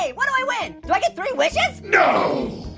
yeah what do i win? do i get three wishes? no.